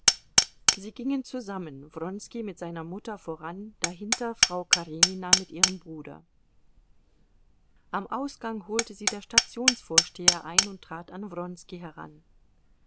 sie gingen zusammen wronski mit seiner mutter voran dahinter frau karenina mit ihrem bruder am ausgang holte sie der stationsvorsteher ein und trat an wronski heran